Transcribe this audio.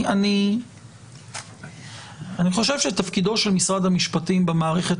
אני חושב שתפקידו של משרד המשפטים במערכת